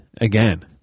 again